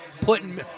putting